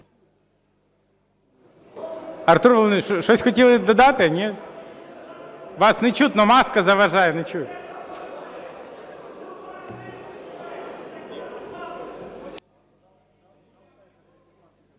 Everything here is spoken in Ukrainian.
Артур Володимирович щось хотіли додати, ні? Вас нечутно, маска заважає, не чую.